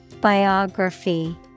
Biography